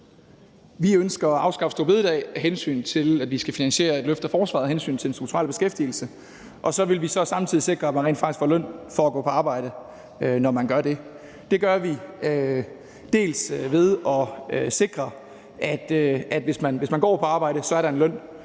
vi ønsker at afskaffe store bededag, fordi vi skal finansiere et løft af forsvaret og af hensyn til den strukturelle beskæftigelse. Så vil vi samtidig sikre, at man rent faktisk får løn for at gå på arbejde, når man gør det. Det gør vi ved at sikre, at hvis man går på arbejde, er der en løn.